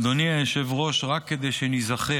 אדוני היושב-ראש, רק כדי שניזכר,